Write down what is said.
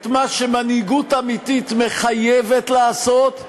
את מה שמנהיגות אמיתית מחייבת לעשות,